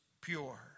pure